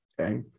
okay